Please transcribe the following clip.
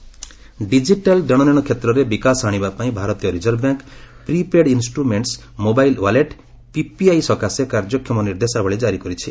RBI e wallet digital ଦେଶନେଶ କ୍ଷେତ୍ରରେ ବିକାଶ ଆଶିବାପାଇଁ ଭାରତୀୟ reserve bank prepaid instruments mobile wallet PPI ସକାଶେ କାର୍ଯ୍ୟକ୍ଷମ ନିର୍ଦ୍ଦେଶାବଳୀ ଜାରି କରିଛି